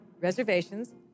reservations